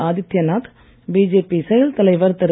Aditya Nath BJP செயல் தலைவர் திரு